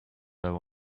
there